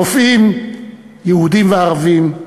רופאים יהודים וערבים,